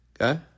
okay